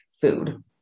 food